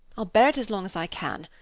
i'll bear it as long as i can,